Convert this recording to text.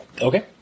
okay